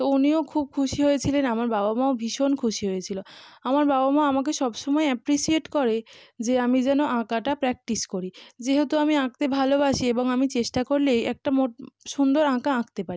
তো উনিও খুব খুশি হয়েছিলেন আমার বাবা মাও ভীষণ খুশি হয়েছিলো আমার বাবা মা আমাকে সব সময় অ্যাপ্রিসিয়েট করে যে আমি যেন আঁকাটা প্র্যাকটিস করি যেহেতু আমি আঁকতে ভালোবাসি এবং আমি চেষ্টা করলেই একটা মোট সুন্দর আঁকা আঁকতে পারি